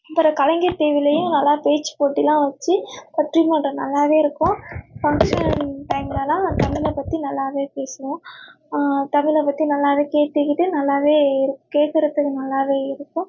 அப்புறம் கலைஞர் டிவிலேயும் நல்லா பேச்சு போட்டியெலாம் வச்சு பட்டிமன்றம் நல்லாவே இருக்கும் ஃபங்ஷன் டைமெலலாம் தமிழை பற்றி நல்லாவே பேசுவான் தமிழை பற்றி நல்லாவே கேட்டுக்கிட்டு நல்லாவே கேட்குறதுக்கு நல்லாவே இருக்கும்